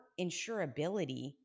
insurability